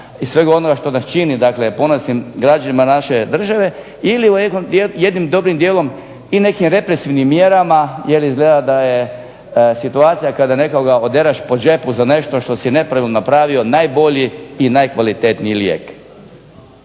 i svega onoga što nas čini dakle ponosnim građanima naše države, ili jednim dobrim dijelom i nekim represivnim mjerama, jer izgleda da je situacija kada nekoga odereš po džepu za nešto što si …/Govornik se ne razumije./… napravio najbolji i najkvalitetniji lijek.